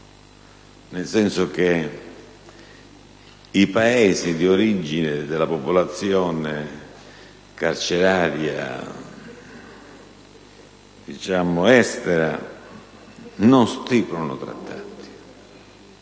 nel senso che Paesi di origine della popolazione carceraria estera non stipulano trattati.